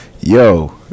yo